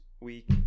week